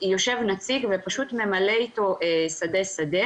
יושב נציג ופשוט ממלא איתו שדה-שדה,